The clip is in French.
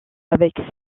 avec